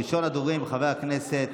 ראשון הדוברים, חבר הכנסת